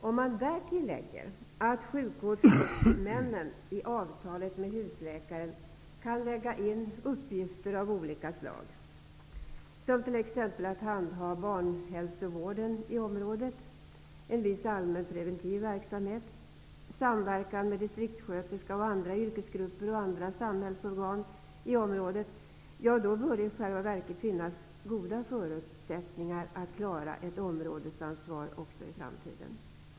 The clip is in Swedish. Om man därtill lägger att sjukvårdshuvudmännen i avtalet med husläkarna kan lägga in uppgifter av olika slag, t.ex. att handha barnhälsovården i området, viss allmänpreventiv verksamhet, samverkan med distriktssköterska och andra yrkesgrupper och andra samhällsorgan i området, bör det i själva verket finnas goda förutsättningar att klara ett områdesansvar även i framtiden.